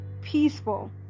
peaceful